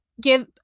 give